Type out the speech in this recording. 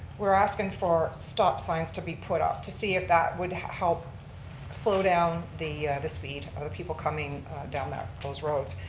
we're asking for stop signs to be put up to see if that would help slow down the the speed of the people coming down those roads.